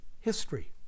History